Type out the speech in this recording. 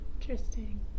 Interesting